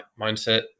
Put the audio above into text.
mindset